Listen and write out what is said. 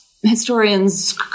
Historians